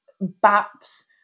baps